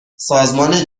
سازمان